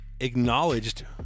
acknowledged